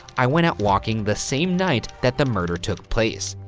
i went out walking the same night that the murder took place.